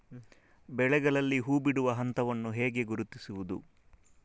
ಬೆಳೆಗಳಲ್ಲಿ ಹೂಬಿಡುವ ಹಂತವನ್ನು ಹೇಗೆ ಗುರುತಿಸುವುದು?